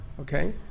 Okay